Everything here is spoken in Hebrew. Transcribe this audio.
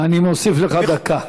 אני מוסיף לך דקה.